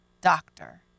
doctor